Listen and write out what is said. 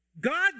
God